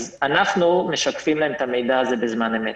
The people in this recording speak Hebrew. אז אנחנו משקפים להם את המידע הזה בזמן אמת.